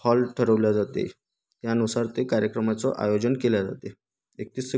hall ठरवल्या जाते यानुसार ते कार्यक्रमाचं आयोजन केले जाते एकतीस